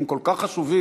הם כל כך חשובים,